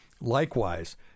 likewise